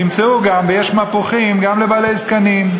ימצאו גם; ויש מפוחים גם לבעלי זקנים.